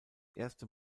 erste